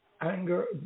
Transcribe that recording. anger